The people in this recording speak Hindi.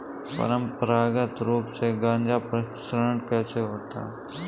परंपरागत रूप से गाजा प्रसंस्करण कैसे होता है?